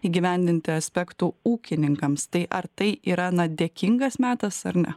įgyvendinti aspektų ūkininkams tai ar tai yra na dėkingas metas ar ne